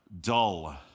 dull